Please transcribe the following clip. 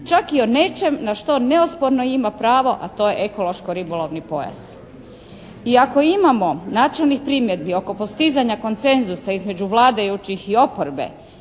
čak i nečem na što neosporno ima pravo, a to je ekološko-ribolovni pojas. I ako imamo načelnih primjedbi oko postizanja koncenzusa između vladajućih i oporbe